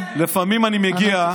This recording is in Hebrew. ולכן העם היהודי התכנס מכל קצוות העולם.